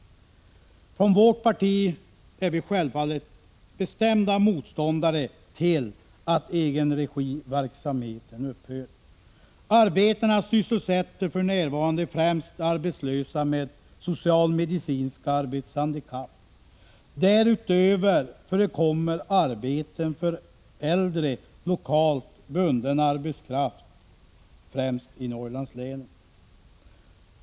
I vårt parti är vi självfallet bestämda motståndare till att egenregiverksamheten upphör. Arbetena sysselsätter för närvarande främst arbetslösa med socialmedicinska arbetshandikapp. Därutöver förekommer arbeten för äldre, lokalt bunden arbetskraft, främst i Norrlandslänen.